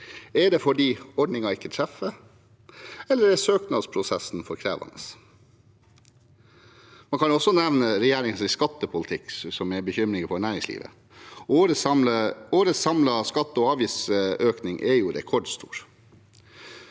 Er det fordi ordningen ikke treffer, eller er søknadsprosessen for krevende? Man kan også nevne regjeringens skattepolitikk, som gir bekymringer for næringslivet. Årets samlede skatte- og avgiftsøkning er rekordstor.